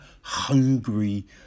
hungry